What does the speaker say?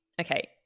okay